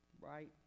right